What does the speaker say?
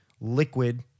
Liquid